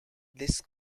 this